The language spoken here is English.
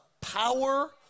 power